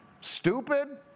stupid